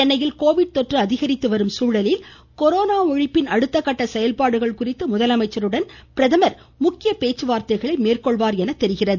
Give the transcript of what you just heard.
சென்னையில் கோவிட் தொற்று அதிகரித்து வரும் நிலையில் கொரோனா ஒழிப்பின் அடுத்தக்கட்ட செயல்பாடுகள் குறித்து முதலமைச்சருடன் பிரதமர் முக்கிய பேச்சுவார்த்தைகளை மேற்கொள்வார் என தெரிகிறது